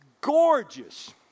gorgeous